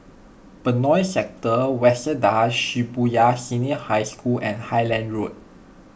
Benoi Sector Waseda Shibuya Senior High School and Highland Road